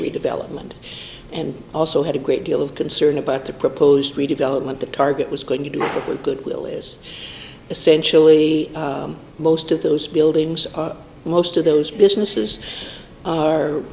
redevelopment and also had a great deal of concern about the proposed redevelopment the target was going to do with goodwill is essentially most of those buildings most of those businesses are